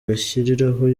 bishyiriraho